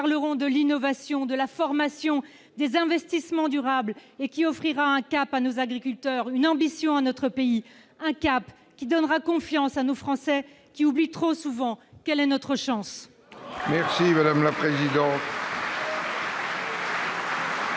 parler de l'innovation, de la formation et des investissements durables, qui offrira un cap à nos agriculteurs et une ambition à notre pays et qui nous donnera confiance, à nous, Français, qui oublions trop souvent notre chance.